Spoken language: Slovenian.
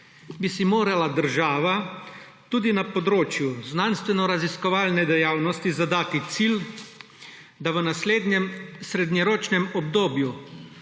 bi si morala država tudi na področju znanstvenoraziskovalne dejavnosti zadati cilj, da v naslednjem srednjeročnem obdobju